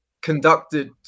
conducted